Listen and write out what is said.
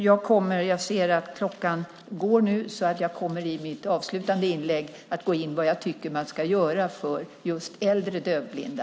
Jag ser att klockan går. Jag kommer i mitt avslutande inlägg att gå in på vad jag tycker att man ska göra för just äldre dövblinda.